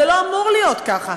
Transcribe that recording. זה לא אמור להיות ככה.